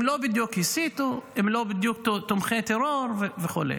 הם לא בדיוק הסיתו, הם לא בדיוק תומכי טרור וכו'.